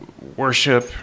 worship